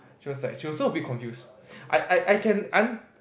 she was like she also a bit confused I I I can un~